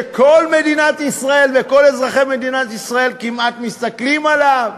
שכל מדינת ישראל וכל אזרחי מדינת ישראל כמעט מסתכלים עליו.